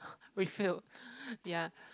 with you ya